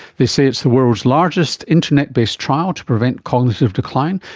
they say it's the world's largest internet-based trial to prevent cognitive decline,